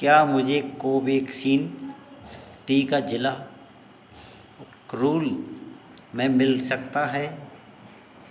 क्या मुझे कोवैक्सीन टीका ज़िला रूल में मिल सकता है